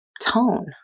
tone